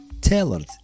tailored